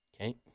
Okay